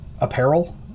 apparel